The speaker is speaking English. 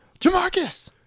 Jamarcus